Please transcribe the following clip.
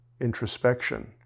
introspection